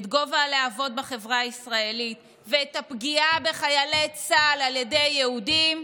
את גובה הלהבות בחברה הישראלית ואת הפגיעה בחיילי צה"ל על ידי יהודים,